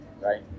right